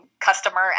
customer